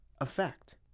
effect